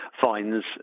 fines